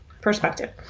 perspective